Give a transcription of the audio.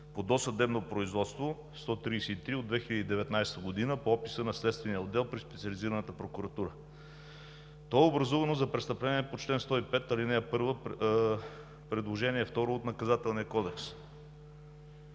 по досъдебно производство № 133/2019 г. по описа на следствения отдел при Специализираната прокуратура. То е образувано за престъпление по чл. 105, ал. 1, предложение второ от Наказателния кодекс.